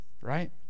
right